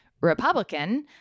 Republican